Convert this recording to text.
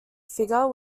figure